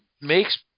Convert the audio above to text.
makes